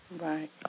Right